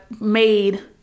made